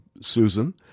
Susan